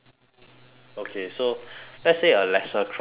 okay so let's say a lesser crime like